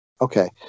Okay